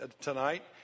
tonight